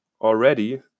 already